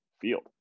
field